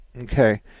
Okay